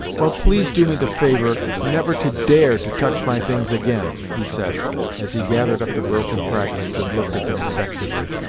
well, please do me the favour never to dare to touch my things again, he said as he gathered up the broken fragments and looked at them vexedly.